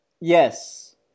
Yes